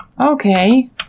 Okay